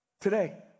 today